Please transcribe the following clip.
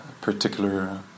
particular